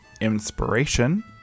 inspiration